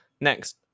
Next